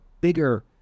bigger